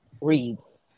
reads